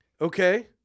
Okay